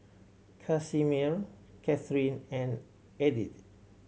Casimir Catharine and Edythe